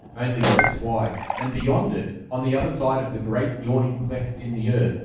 only less wide, and beyond it, on the other side of the great yawning cleft in the earth,